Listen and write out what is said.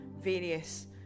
various